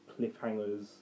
cliffhangers